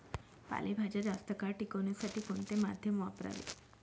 पालेभाज्या जास्त काळ टिकवण्यासाठी कोणते माध्यम वापरावे?